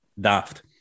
daft